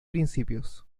principios